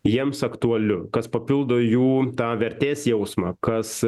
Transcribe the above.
jiems aktualiu kas papildo jų tą vertės jausmą kas